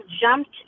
jumped